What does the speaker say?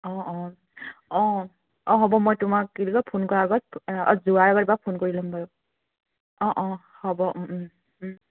অ অ অ অ হ'ব মই তোমাক কি বুলি কয় ফোন কৰাৰ আগত অ যোৱাৰ আগত এবাৰ ফোন কৰি ল'ম বাৰু অ অ হ'ব ও ও ও